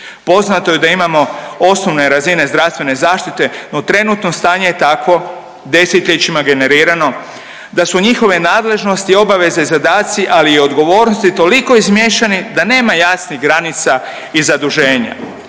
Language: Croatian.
Poznato je da imamo osnovne razine zdravstvene zaštite no trenutno stanje je takvo desetljećima generirano da su njihove nadležnosti, obaveze i zadaci ali i odgovornosti toliko izmiješani da nema jasnih granica i zaduženja.